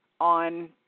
on